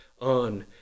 on